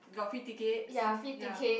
got free tickets ya